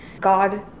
God